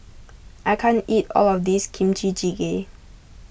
I can't eat all of this Kimchi Jjigae